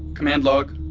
command log.